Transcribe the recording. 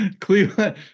Cleveland